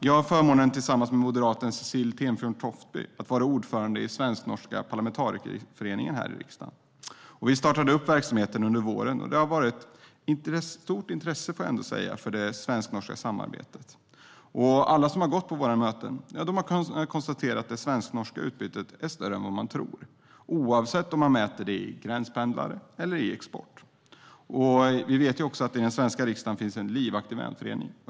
Jag har förmånen att tillsammans med moderaten Cecilie Tenfjord-Toftby vara ordförande i svensk-norska parlamentarikerföreningen i riksdagen. Vi startade upp verksamheten under våren och intresset för det svensk-norska samarbetet har varit ganska stort. Alla som har gått på våra möten har kunna konstatera att det svensk-norska utbytet är större än vad man tror, oavsett om man mäter det i gränspendlare eller i export. I riksdagen finns det också en livaktig finsk vänförening.